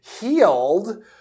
healed